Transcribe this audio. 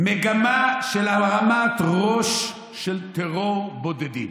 "מגמה של הרמת ראש של טרור בודדים".